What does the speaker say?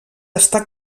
està